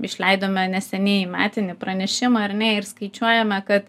išleidome neseniai metinį pranešimą ar ne ir skaičiuojame kad